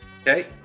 Okay